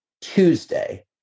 Tuesday